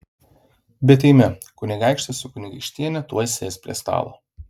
bet eime kunigaikštis su kunigaikštiene tuoj sės prie stalo